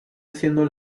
haciendo